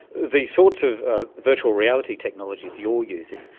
the sorts of ah virtual reality technologies you're using,